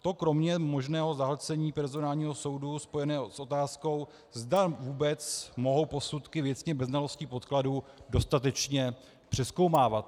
To kromě možného zahlcení personálního soudu spojeného s otázkou, zda vůbec mohou posudky věcně bez znalostí podkladů dostatečně přezkoumávat.